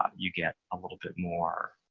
um you get a little bit more